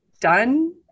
done